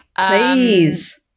please